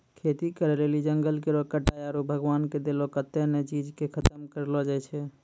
खेती करै लेली जंगल केरो कटाय आरू भगवान के देलो कत्तै ने चीज के खतम करलो जाय छै